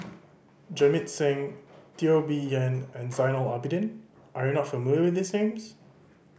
Jamit Singh Teo Bee Yen and Zainal Abidin are you not familiar with these names